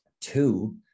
two